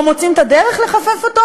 או מוציאים את הדרך לחפף אותו?